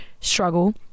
struggle